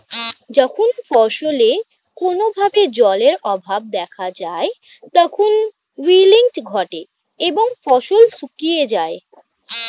যখন ফসলে কোনো ভাবে জলের অভাব দেখা যায় তখন উইল্টিং ঘটে এবং ফসল শুকিয়ে যায়